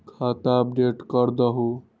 खाता अपडेट करदहु?